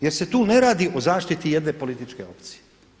Jer se tu ne radi o zaštiti jedne političke opcije.